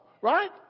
right